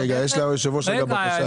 רק רגע יש ליושב ראש בקשה.